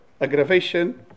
aggravation